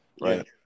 right